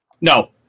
No